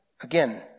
again